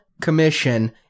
commission